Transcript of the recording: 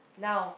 now